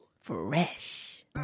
Fresh